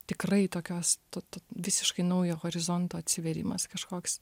tikrai tokios to to visiškai naujo horizonto atsivėrimas kažkoks